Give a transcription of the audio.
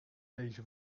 lezen